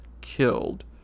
killed